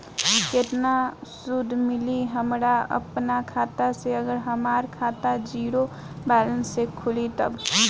केतना सूद मिली हमरा अपना खाता से अगर हमार खाता ज़ीरो बैलेंस से खुली तब?